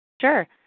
Sure